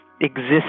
exist